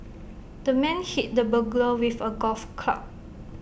the man hit the burglar with A golf club